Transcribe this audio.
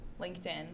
LinkedIn